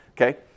Okay